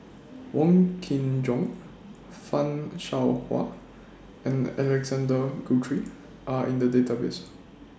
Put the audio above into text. Wong Kin Jong fan Shao Hua and Alexander Guthrie Are in The Database